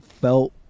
felt